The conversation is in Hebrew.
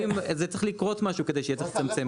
צריך לקרות משהו כדי שיהיה צריך לצמצם,